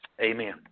Amen